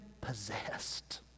possessed